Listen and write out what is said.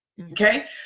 Okay